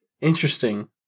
Interesting